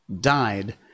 died